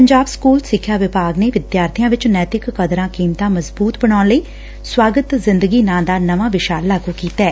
Punjab school ਸਿੱਖਿਆ ਵਿਭਾਗ ਨੇ ਵਿਦਿਆਰਬੀਆਂ ਵਿਚ ਨੈਤਿਕ ਕਦਰਾਂ ਕੀਮਤਾਂ ਮਜ਼ਬੂਤ ਬਣਾਉਣ ਲਈ ਸਵਾਗਤ ਜਿੰਦਗੀ ਨਾਂ ਦਾ ਨਵਾਂ ਵਿਸ਼ਾ ਲਾਗੁ ਕੀਤੈ